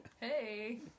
hey